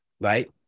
right